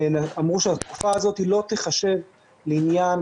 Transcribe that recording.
ואמרו שהתקופה הזו לא תיחשב לעניין